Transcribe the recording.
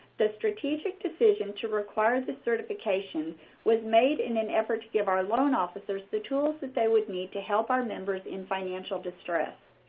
the strategic decision to require this certification was made in an effort to give our loan officers the tools that they would need to help our members in financial distress.